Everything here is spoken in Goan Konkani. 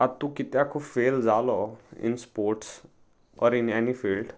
आत तूं कित्याकू फेल जालो in sports or in any field